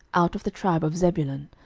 out of the tribe of zebulun,